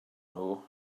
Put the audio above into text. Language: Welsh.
nhw